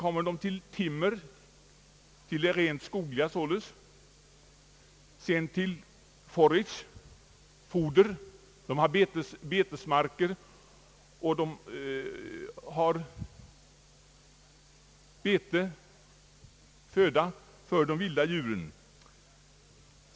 Därefter kommer timmer, det rent skogliga således, sedan forage , de har betesmark d.v.s. föda för de vilda djuren.